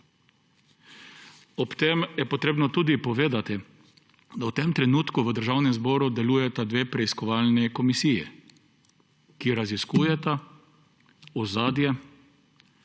Ob tem je potrebno tudi povedati, da v tem trenutku v Državnem zboru delujeta dve preiskovalni komisiji, ki raziskujeta ozadje